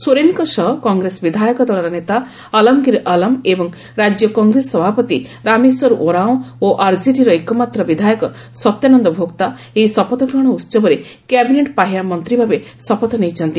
ସୋରେନଙ୍କ ସହ କଂଗ୍ରେସ ବିଧାୟକ ଦଳର ନେତା ଆଲମ୍ଗିରି ଆଲମ୍ ଏବଂ ରାଜ୍ୟ କଂଗ୍ରେସ ସଭାପତି ରାମେଶ୍ୱର ଓରାଓଁ ଓ ଆରଜେଡିର ଏକମାତ୍ର ବିଧାୟକ ସତ୍ୟାନନ୍ଦ ଭୋକ୍ତା ଏହି ଶପଥଗ୍ରହଣ ଉତ୍ସବରେ କ୍ୟାବିନେଟ୍ ପାହ୍ୟା ମନ୍ତୀଭାବେ ଶପଥ ନେଇଛନ୍ତି